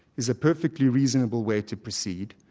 is a perfectly reasonable way to proceed.